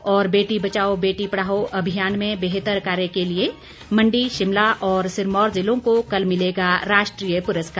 और बेटी बचाओ बेटी पढ़ाओ अभियान में बेहतर कार्य के लिए मंडी शिमला और सिरमौर जिलों को कल मिलेगा राष्ट्रीय पुरस्कार